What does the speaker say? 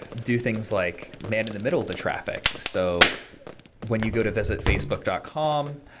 do things like man-in-the-middle the traffic so when you go to visit facebook dot com,